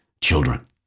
children